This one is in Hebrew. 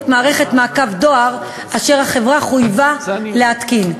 מערכת מעקב דואר שהחברה חויבה להתקין.